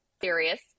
serious